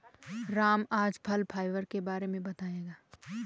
राम आज फल फाइबर के बारे में बताएँगे